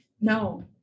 no